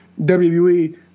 WWE